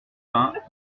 vingts